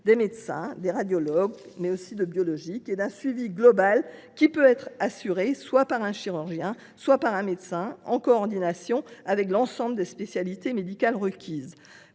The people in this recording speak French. des médecins, des radiologues, mais aussi de biologistes, et requièrent un suivi global, lequel peut être assuré soit par un chirurgien, soit par un médecin, en coordination avec l’ensemble des professionnels des spécialités médicales requises.